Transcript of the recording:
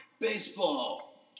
baseball